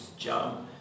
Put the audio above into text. Jump